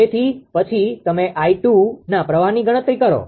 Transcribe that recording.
તેથી પછી તમે 𝑖2ના પ્રવાહની ગણતરી કરો